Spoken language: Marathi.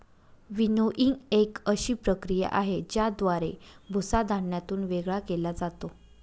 विनोइंग एक अशी प्रक्रिया आहे, ज्याद्वारे भुसा धान्यातून वेगळा केला जातो